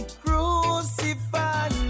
crucify